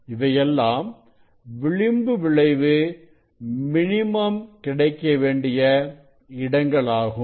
இவையெல்லாம் விளிம்பு விளைவு மினிமம் கிடைக்கவேண்டிய இடங்களாகும்